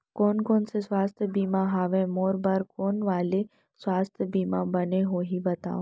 कोन कोन स्वास्थ्य बीमा हवे, मोर बर कोन वाले स्वास्थ बीमा बने होही बताव?